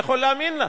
אני יכול להאמין לה.